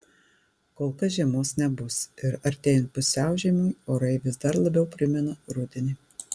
kol kas žiemos nebus ir artėjant pusiaužiemiui orai vis dar labiau primena rudenį